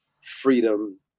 freedom